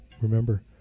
remember